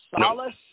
Solace